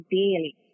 daily